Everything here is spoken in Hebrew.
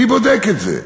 מי בודק את זה?